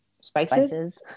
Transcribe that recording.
spices